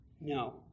No